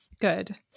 Good